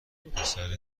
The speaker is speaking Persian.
پسر